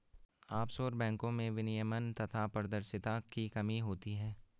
offshore बैंको में विनियमन तथा पारदर्शिता की कमी होती है